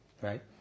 right